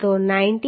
તો 90